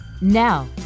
now